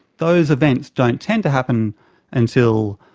those events don't tend to happen until,